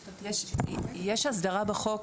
יש הסדרה בחוק,